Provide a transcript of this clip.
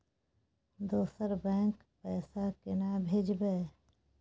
दोसर बैंक पैसा केना भेजबै?